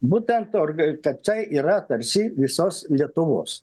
būtent org kad tai yra tarsi visos lietuvos